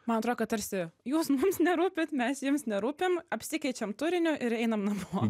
man atrodo kad tarsi jūs mums nerūpit mes jums nerūpim apsikeičiam turiniu ir einam namo